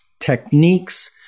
techniques